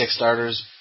Kickstarters